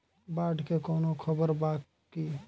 बाढ़ के कवनों खबर बा की?